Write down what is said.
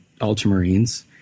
Ultramarines